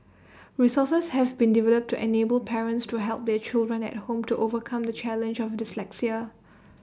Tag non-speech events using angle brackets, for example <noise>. resources have been developed to enable parents to help their children at home to overcome the challenge of dyslexia <noise>